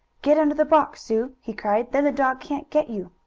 get under the box, sue! he cried. then the dog can't get you!